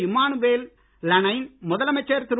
Emmanuel Lenain முதலமைச்சர் திரு